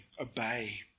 obey